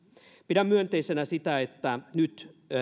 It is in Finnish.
pidän myönteisenä sitä että nyt